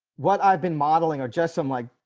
what i've been modeling or just some, like,